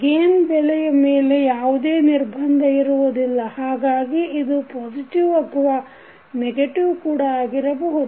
gain ಬೆಲೆಯ ಮೇಲೆ ಯಾವುದೇ ನಿರ್ಬಂಧ ಇರುವುದಿಲ್ಲ ಹಾಗಾಗಿ ಇದು ಪಾಸಿಟಿವ್ ಅಥವಾ ನೆಗೆಟಿವ್ ಕೂಡ ಆಗಿರಬಹುದು